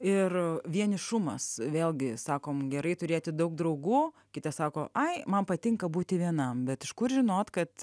ir vienišumas vėlgi sakom gerai turėti daug draugų kiti sako ai man patinka būti vienam bet iš kur žinot kad